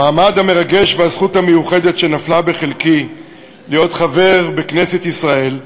המעמד המרגש והזכות המיוחדת שנפלה בחלקי להיות חבר בכנסת ישראל,